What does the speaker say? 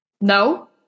No